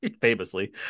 Famously